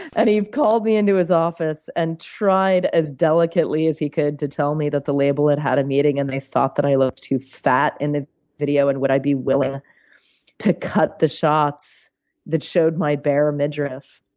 and he called me into his office and tried, as delicately as he could, to tell me that the label had had a meeting, and they thought that i looked too fat in the video, and would i be willing to cut the shots that showed my bare midriff?